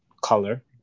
color